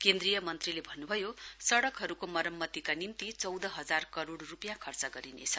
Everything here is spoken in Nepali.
केन्द्रीय मन्त्रीले भन्न्भयो सडकहरूको मरम्मतिका निम्ति चौध हजार करोड रूपियाँ खर्च गरिनेछ